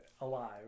alive